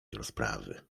rozprawy